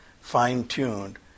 fine-tuned